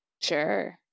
Sure